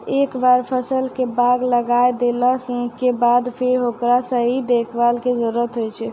एक बार फल के बाग लगाय देला के बाद सिर्फ हेकरो सही देखभाल के जरूरत होय छै